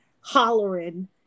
hollering